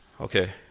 Okay